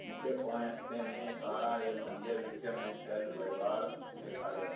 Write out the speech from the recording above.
मूंखे पोइ हफ़्ते में सारा ऐं मुंहिंजे विच में थियल वहिंवारु ॾेखारियो